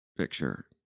Picture